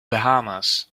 bahamas